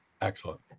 Excellent